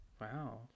Wow